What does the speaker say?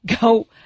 go